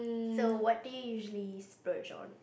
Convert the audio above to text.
so what do you usually splurge on